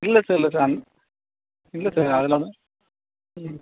இல்லை சார் இல்லை சார் அந் இல்லை சார் அதெலாம் ம்